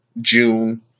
June